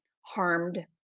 harmed